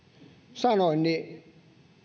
sanoin